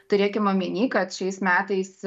turėkim omeny kad šiais metais